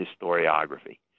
historiography